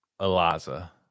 Eliza